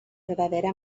verdadera